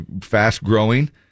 fast-growing